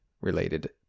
related